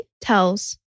tells